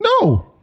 No